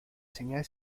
señal